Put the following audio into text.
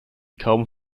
kaum